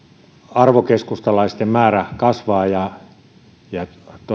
arvokeskustalaisten määrä kasvaa ja toivottavasti